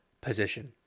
position